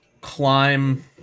climb